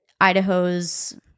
Idaho's